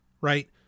right